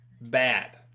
bad